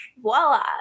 Voila